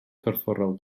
corfforol